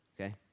Okay